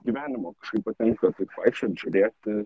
gyvenimo kažkaip patinka taip vaikščiot žiūrėti